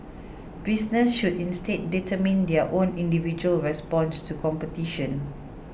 businesses should instead determine their own individual responses to competition